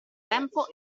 tempo